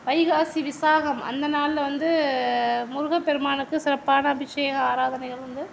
வைகாசி விசாகம் அந்த நாளில் வந்து முருகப்பெருமானுக்கு சிறப்பான அபிஷேக ஆராதனைகள் உண்டு